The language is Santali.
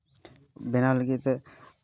ᱵᱮᱱᱟᱣ ᱞᱟᱹᱜᱤᱫ ᱛᱮ